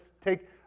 take